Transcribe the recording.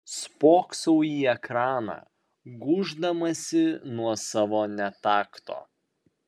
spoksau į ekraną gūždamasi nuo savo netakto